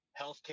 healthcare